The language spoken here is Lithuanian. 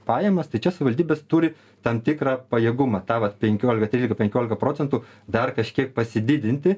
pajamas tai čia savivaldybės turi tam tikrą pajėgumą tą vat penkiolika trylika penkiolika procentų dar kažkiek pasididinti